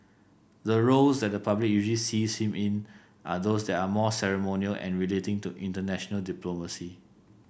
the roles that the public usually sees him in are those that are more ceremonial and relating to international diplomacy